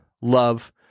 love